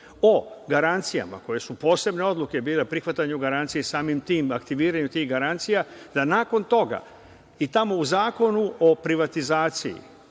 o garancijama koje su posebne odluke bile o prihvatanju garancija i samim tim aktiviranju tih garancija, da nakon toga i tamo u Zakonu o privatizaciji,